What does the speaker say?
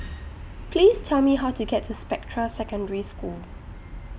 Please Tell Me How to get to Spectra Secondary School